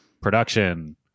production